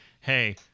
hey